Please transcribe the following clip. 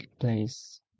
place